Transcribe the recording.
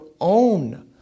own